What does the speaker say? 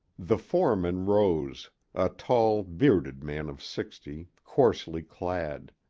the foreman rose a tall, bearded man of sixty, coarsely clad.